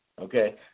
okay